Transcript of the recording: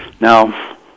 Now